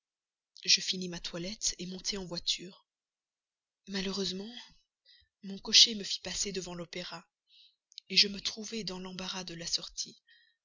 je finis ma toilette montai en voiture malheureusement mon cocher me fit passer devant l'opéra je me trouvai dans l'embarras de la sortie